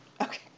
okay